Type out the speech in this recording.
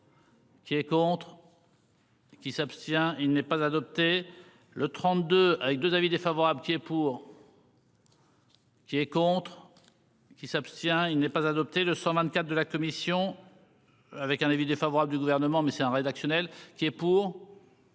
Qui est contre. Qui s'abstient. Il n'est pas adopté le 32 avec 2 avis défavorable est pour. Qui est contre. Qui s'abstient. Il n'est pas adopté de 124 de la commission. Avec un avis défavorable du gouvernement mais c'est un rédactionnelle. Qui est pour.